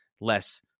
less